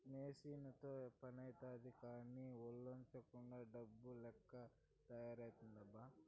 మెసీనుతో పనైతాది కానీ, ఒల్లోంచకుండా డమ్ము లెక్క తయారైతివబ్బా